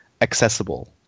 accessible